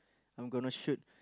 I'm gonna shoot